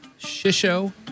Shisho